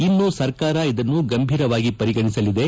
ಇನ್ನು ಸರ್ಕಾರ ಇದನ್ನು ಗಂಭೀರವಾಗಿ ಪರಿಗಣಿಸಲಿದೆ